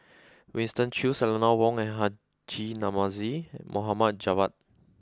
Winston Choos Eleanor Wong and Haji Namazie Mohammad Javad